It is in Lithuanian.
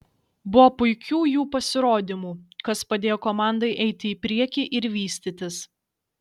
buvo puikių jų pasirodymų kas padėjo komandai eiti į priekį ir vystytis